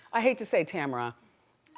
i hate to say tamara.